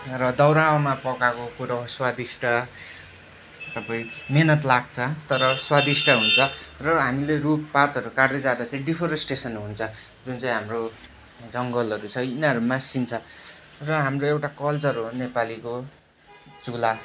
र दाउरामा पकाएको कुरो स्वादिष्ट सबै मिहिनेत लाग्छ तर स्वादिष्ट हुन्छ र हामीले रुखपातहरू काट्दै जाँदा चाहिँ डिफोरेस्टेसन हुन्छ जुन चाहिँ हाम्रो जङ्गलहरू छ यिनीहरू मासिन्छ र हाम्रो एउटा कल्चर हो नेपालीको चुला